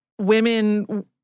women